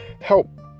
help